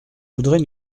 voudrais